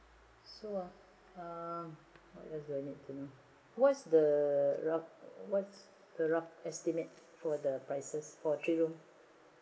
so ah uh what else do I need to know what's the rough what's the rough estimate for the prices for three room